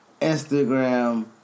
Instagram